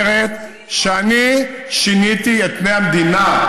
זאת אומרת שאני שיניתי את פני המדינה,